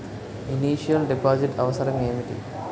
Initial deposit అవసరం ఏమిటి?